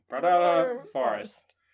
forest